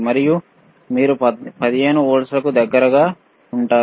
మరియు మీరు 15 వోల్ట్లకు దగ్గరగా ఉంటారు